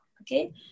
okay